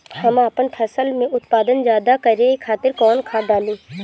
हम आपन फसल में उत्पादन ज्यदा करे खातिर कौन खाद डाली?